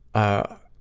a